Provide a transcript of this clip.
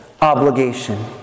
obligation